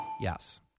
Yes